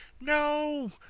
no